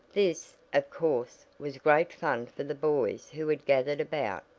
this, of course, was great fun for the boys who had gathered about,